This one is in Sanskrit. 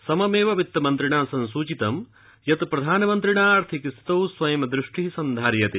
सममेव वित्तमन्त्रिणा संसूचितम् प्रधानमन्त्रिणा आर्थिकस्थितौ स्वयं दृष्टि सन्धार्यते